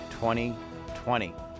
2020